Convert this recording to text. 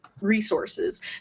resources